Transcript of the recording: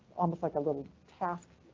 almost like a little task.